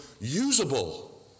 usable